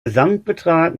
gesamtbetrag